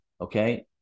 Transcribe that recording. Okay